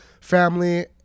family